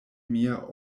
mia